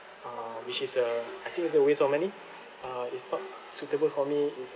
uh which is uh I think it's a waste for money uh it's not suitable for me is